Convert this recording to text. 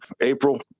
April